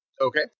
Okay